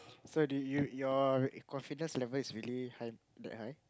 so do you your confidence level is really high that high